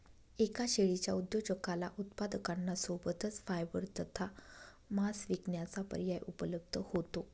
एका शेळीच्या उद्योजकाला उत्पादकांना सोबतच फायबर तथा मांस विकण्याचा पर्याय उपलब्ध होतो